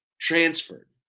transferred